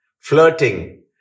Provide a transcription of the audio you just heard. flirting